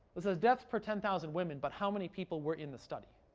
but says deaths per ten thousand women. but how many people were in the study?